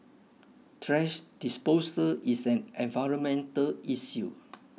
trash disposal is an environmental issue